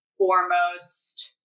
foremost